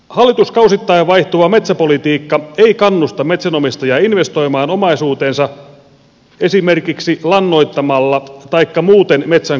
hallituskausittain vaihtuva metsäpolitiikka ei kannusta metsänomistajaa investoimaan omaisuuteensa esimerkiksi lannoittamalla taikka parantamaan muuten metsän kasvua